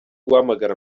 guhamagara